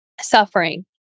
suffering